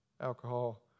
alcohol